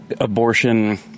abortion